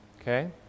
okay